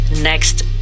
next